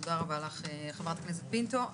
תודה רבה לך, חברת הכנסת פינטו.